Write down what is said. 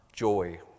joy